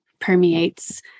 permeates